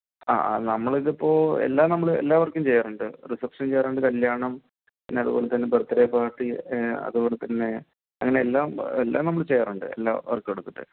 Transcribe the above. ആ ആ നമ്മൾ ഇതിപ്പോൾ എല്ലാം നമ്മള് എല്ലാവർക്കും ചെയ്യാറുണ്ട് റിസെപ്ഷൻ ചെയ്യാറുണ്ട് കല്യാണം പിന്നെ അതുപോലെ തന്നെ ബർത്ത്ഡേ പാർട്ടി ആ അതുപോലെ തന്നെ അങ്ങനെ എല്ലാം ആ എല്ലാം നമ്മൾ ചെയ്യാറുണ്ട് എല്ലാം വർക്ക് എടുത്തിട്ട്